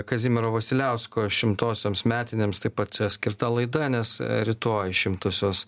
kazimiero vasiliausko šimtosioms metinėms taip pat skirta laida nes rytoj šimtosios